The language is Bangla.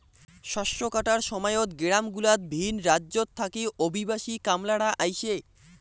শস্য কাটার সময়ত গেরামগুলাত ভিন রাজ্যত থাকি অভিবাসী কামলারা আইসে